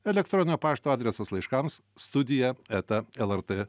elektroninio pašto adresas laiškams studija eta lrt